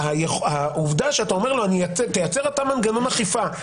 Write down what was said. העובדה שאתה אומר לו: תייצר אתה מנגנון אכיפה,